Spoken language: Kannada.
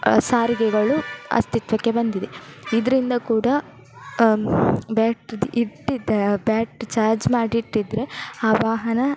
ಸಾರಿಗೆಗಳು ಅಸ್ತಿತ್ವಕ್ಕೆ ಬಂದಿದೆ ಇದರಿಂದ ಕೂಡ ಬ್ಯಾಟ್ ಇಟ್ಟಿದ್ದ ಬ್ಯಾಟ್ ಚಾರ್ಜ್ ಮಾಡಿ ಇಟ್ಟಿದ್ದರೆ ಆ ವಾಹನ